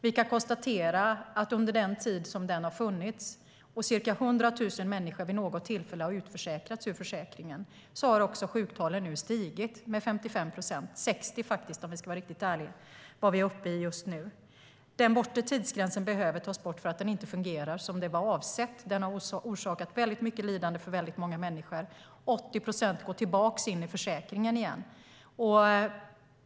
Vi kan konstatera att under den tid som gränsen har funnits har ca 100 000 människor vid något tillfälle utförsäkrats ur försäkringen, och sjuktalen har stigit med 55 procent. Om vi ska vara riktigt ärliga är vi nu uppe i 60 procent. Den bortre tidsgränsen behöver avskaffas eftersom den inte fungerar som den var avsedd att göra. Den har orsakat mycket lidande för många människor. 80 procent går tillbaka in i försäkringen igen.